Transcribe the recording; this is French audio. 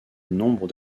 nombre